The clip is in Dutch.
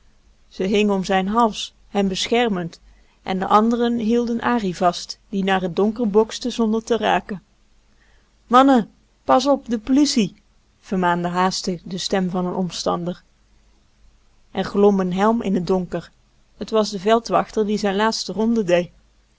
ze hing om zijn hals hem beschermend en de anderen hielden ari vast die naar het donker bokste zonder te raken mannen pas op de polisie vermaande haastig de stem van een omstander er glom een helm in het donker het was de veldwachter die zijn laatste ronde